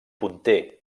punter